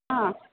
हा